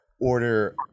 order